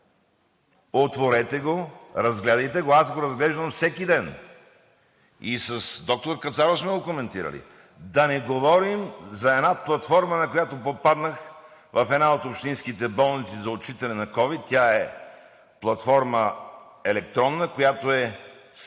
Отворете го, разгледайте го, аз го разглеждам всеки ден и с доктор Кацаров сме го коментирали. Да не говорим за една платформа, на която попаднах в една от общинските болници, за отчитане на ковид, тя е платформа – електронна, която е свързваща